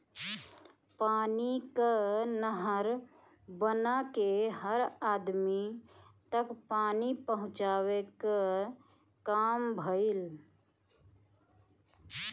पानी कअ नहर बना के हर अदमी तक पानी पहुंचावे कअ काम भइल